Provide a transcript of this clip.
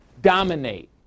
dominate